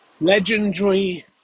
Legendary